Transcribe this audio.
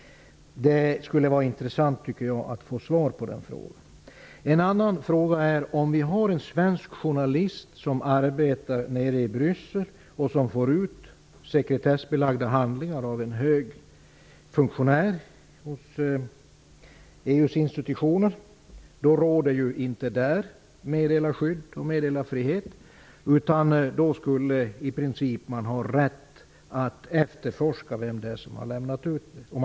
Det skulle vara intressant att få svar på den frågan. En annan fråga gäller om en svensk journalist som arbetar i Bryssel skulle få ut sekretessbelagda handlingar av en hög funktionär på någon av EU:s institutioner. Där råder inte meddelarskydd och meddelarfrihet utan man skulle i princip ha rätt att göra efterforskningar om vem det är som har lämnat ut uppgifter.